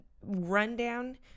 rundown